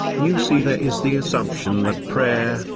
you see there is the assumption that prayer,